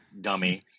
dummy